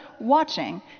watching